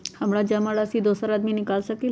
हमरा जमा राशि दोसर आदमी निकाल सकील?